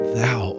thou